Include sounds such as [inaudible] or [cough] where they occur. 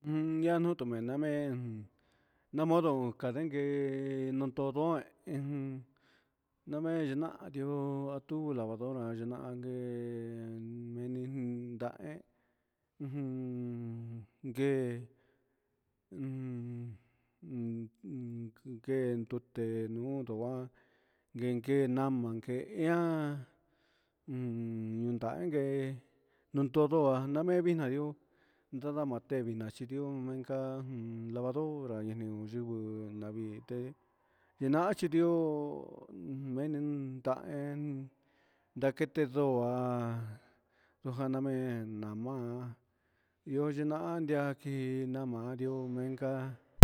Un ñanu tunanmén namodo kandenke nuntundue, iin name nimatiu atu lavadora yanke'e meni nda'a hé ujun ngue ujun [hesitation] ngue nrute ndu'u uhá inke name inki'a ummm yundai ngué notondo'a nami innga ihó ndama temina'a xhidio inka lavadora niyiun yungu navite yena'a xhindió venin ndahé, ndakete ndo'a jannama'men ndangua iho ndina'a nayakii narti menka'a.